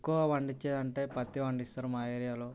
ఎక్కువ పండించేది అంటే పత్తి పండిస్తారు మా ఏరియాలో